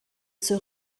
zur